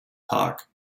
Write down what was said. park